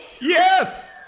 Yes